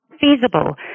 feasible